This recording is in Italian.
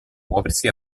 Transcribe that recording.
muoversi